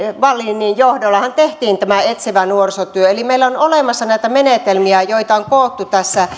wallinin johdollahan tehtiin tämä etsivä nuorisotyö eli meillä on olemassa näitä menetelmiä joita on koottu